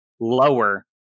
lower